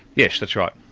yes, that's right.